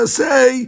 say